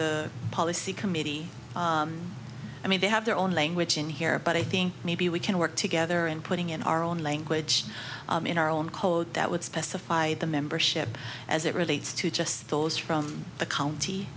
the policy committee i mean they have their own language in here but i think maybe we can work together and putting in our own language in our own code that would specify the membership as it relates to just those from the county